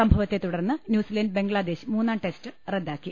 സംഭവത്തെ തുടർന്ന് ന്യൂസിലന്റ് ബംഗ്ലാദേശ് മൂന്നാം ടെസ്റ്റ് റദ്ദാക്കി